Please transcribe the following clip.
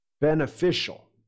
beneficial